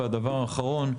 דבר אחרון,